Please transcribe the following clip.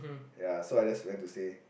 ya so I just went to say